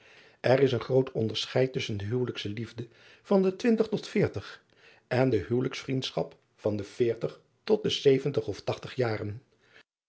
r is groot onderscheid tusschen de huwelijksliefde van de twintig tot de veertig en de huwelijksvriendschap van de veertig tot de zeventig of tachtig jaren